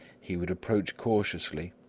he would approach cautiously,